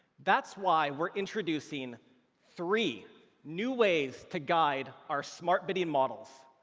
that's why we're introducing three new ways to guide our smart bidding models,